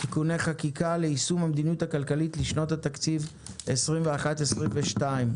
(תיקוני חקיקה ליישום המדיניות הכלכלית לשנות התקציב 2021 ו-2022).